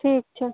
ठीक छै